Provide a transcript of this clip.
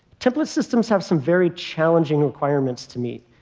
template systems have some very challenging requirements to meet.